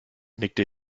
nickte